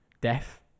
death